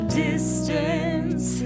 distance